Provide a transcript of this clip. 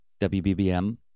WBBM